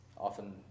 Often